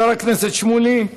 חבר הכנסת שמולי,